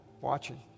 watching